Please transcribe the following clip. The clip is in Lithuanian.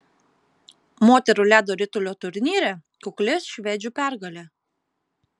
moterų ledo ritulio turnyre kukli švedžių pergalė